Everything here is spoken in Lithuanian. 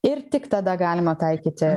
ir tik tada galima taikyti